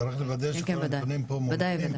צריך לוודא שכל הנתונים פה מופיעים,